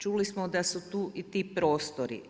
Čuli smo da su tu i ti prostori.